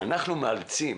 אנחנו מאלצים